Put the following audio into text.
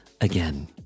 again